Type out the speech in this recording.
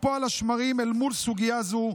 לקפוא על השמרים אל מול סוגיה זו,